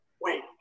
wait